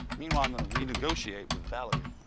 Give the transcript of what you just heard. meanwhile, i'm going to renegotiate with valerie.